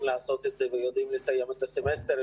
לעשות את זה ויודעים לסיים את הסמסטר.